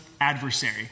adversary